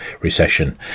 recession